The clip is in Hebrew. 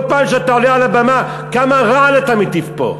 כל פעם שאתה עולה על הבמה, כמה רעל אתה מטיף פה.